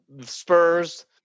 Spurs